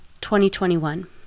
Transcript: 2021